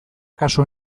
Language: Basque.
kasu